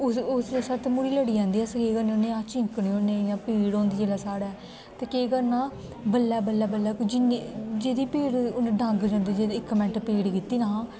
ते उसले तम्हूड़ी लड़ी जंदी अस केह् करने होने अस चिक्कने होने इयां पीड़ होंदी जिसले साढ़े केह् करना बल्लें बल्लें जेहदी पीड़ डंग लांदे इक मिन्ट पीड़ किती ना